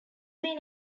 been